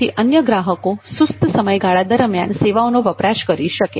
જેથી અન્ય ગ્રાહકો સુસ્ત સમયગાળા દરમ્યાન સેવાઓનો વપરાશ કરી શકે